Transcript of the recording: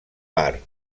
bar